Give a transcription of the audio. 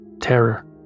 Terror